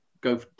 go